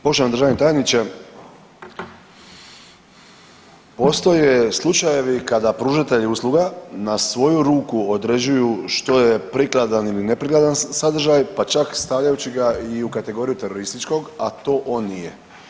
Poštovani državni tajniče, postoje slučajevi kada pružatelji usluga na svoju ruku određuju što je prikladan ili neprikladan sadržaj pa čak stavljajući ga i u kategoriju terorističkog, a to on nije.